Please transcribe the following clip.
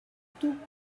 tout